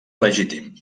legítim